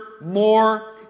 more